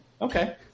Okay